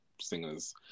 singers